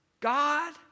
God